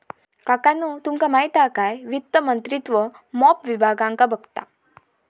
काकानु तुमका माहित हा काय वित्त मंत्रित्व मोप विभागांका बघता